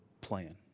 plan